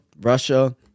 Russia